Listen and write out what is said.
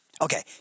okay